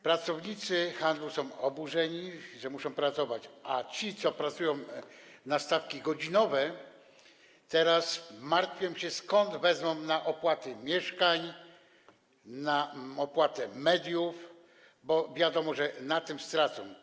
Pracownicy handlu są oburzeni, że muszą pracować, a ci, którzy pracują na umowie ze stawką godzinową, teraz martwią się, skąd wezmą na opłaty mieszkań, na opłaty mediów, bo wiadomo, że na tym stracą.